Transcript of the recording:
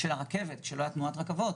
צריכים להיות עוד הרבה דברים באמצע.